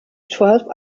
twelve